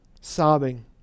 sobbing